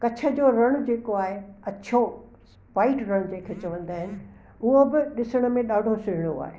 कच्छ जो रण जेको आहे अछो वाइट रंग जेके चवंदा आहिनि उहो बि ॾिसण में ॾाढो सुहिणो आहे